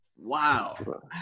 wow